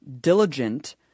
diligent